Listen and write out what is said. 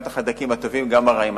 גם את החיידקים הטובים וגם את הרעים.